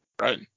Right